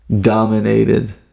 dominated